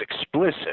explicit